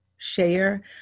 share